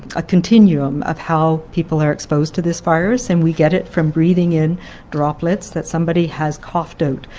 a continuum of how people are exposed to this virus and we get it from breathing in droplets that somebody has coughed out.